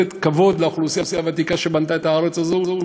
לתת כבוד לאוכלוסייה הוותיקה שבנתה את הארץ הזו,